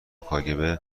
کاگب